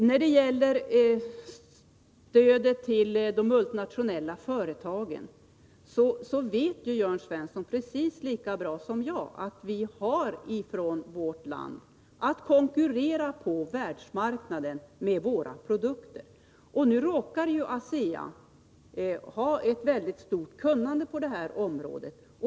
När det gäller stöd till de multinationella företagen vet Jörn Svensson lika bra som jag att vi i vårt land har att konkurrera på världsmarknaden med våra produkter. Nu råkar ASEA ha ett väldigt stort kunnande på detta område.